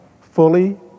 Fully